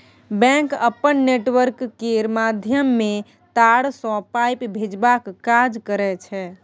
bank अपन network केर माध्यमे तार सँ पाइ भेजबाक काज करय छै